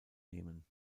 nehmen